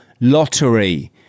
lottery